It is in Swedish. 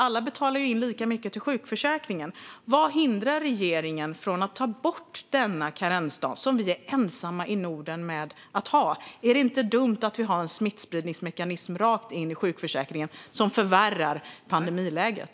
Alla betalar ju in lika mycket till sjukförsäkringen. Vad hindrar regeringen från att ta bort denna karensdag, som vi är ensamma om i Norden att ha? Är det inte dumt att vi har en smittspridningsmekanism rakt in i sjukförsäkringen som förvärrar pandemiläget?